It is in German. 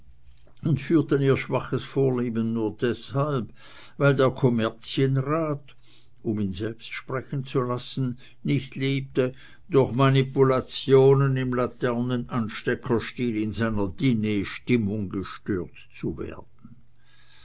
und führten ihr schwaches vorleben nur deshalb weil der kommerzienrat um ihn selbst sprechen zu lassen nicht liebte durch manipulationen im laternenansteckerstil in seiner dinerstimmung gestört zu werden